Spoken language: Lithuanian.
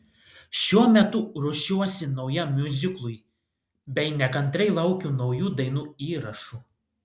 šiuo metu ruošiuosi naujam miuziklui bei nekantriai laukiu naujų dainų įrašų